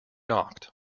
knocked